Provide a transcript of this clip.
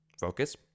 Focus